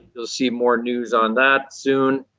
you'll see more news on that soon.